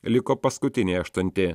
liko paskutiniai aštunti